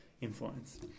influence